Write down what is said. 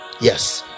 Yes